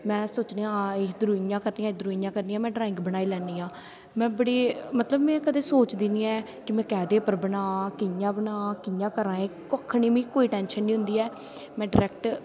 में सोचनी आं इद्धरों इ'यां करनी आं इद्धरों इ'यां करनी आं में ड्राईंग बनाई लैन्नी आं में बड़ी मतलब में कदें सोचदी निं ऐ कि में कैह्दे पर बनां कि'यां बनां कि'यां करां एह् कक्ख निं मिकी कोई टैंशन निं होंदी ऐ में ड्रैक्ट